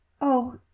Oh